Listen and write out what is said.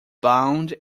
bound